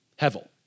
hevel